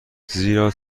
زیرا